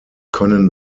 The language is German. können